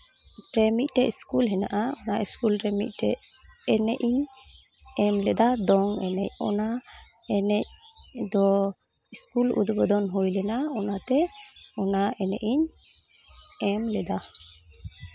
ᱨᱮ ᱢᱤᱫᱴᱮᱡ ᱥᱠᱩᱞ ᱢᱮᱱᱟᱜᱼᱟ ᱚᱱᱟ ᱥᱠᱩᱞ ᱨᱮ ᱢᱤᱫᱴᱮᱡ ᱮᱱᱮᱡ ᱤᱧ ᱮᱢ ᱞᱮᱫᱟ ᱫᱚᱝ ᱮᱱᱮᱡ ᱚᱱᱟ ᱮᱱᱮᱡ ᱫᱚ ᱥᱠᱩᱞ ᱩᱫᱽᱵᱳᱫᱚᱱ ᱦᱩᱭ ᱞᱮᱱᱟ ᱚᱱᱟᱛᱮ ᱚᱱᱟ ᱮᱱᱮᱡ ᱤᱧ ᱮᱢ ᱞᱮᱫᱟ